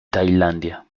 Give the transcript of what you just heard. tailandia